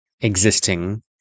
existing